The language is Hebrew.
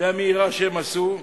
והמהירה שהם עשו,